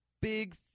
big